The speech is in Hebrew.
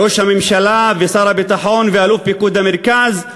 ראש הממשלה, ושר הביטחון, ואלוף פיקוד המרכז,